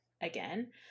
again